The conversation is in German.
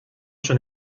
schon